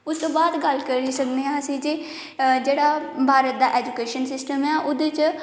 उसतूं बाद गल्ल करी सकने अस जेह्ड़ा भारत दा एजुकेशन सिस्टम ऐ ओह्दे च